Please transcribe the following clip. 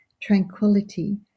tranquility